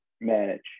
manage